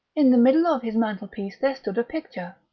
in the middle of his mantelpiece there stood a picture,